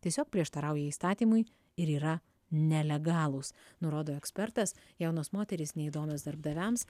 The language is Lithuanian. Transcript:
tiesiog prieštarauja įstatymui ir yra nelegalūs nurodo ekspertas jaunos moterys neįdomios darbdaviams